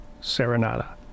Serenata